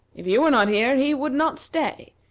if you were not here, he would not stay.